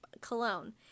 cologne